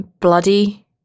bloody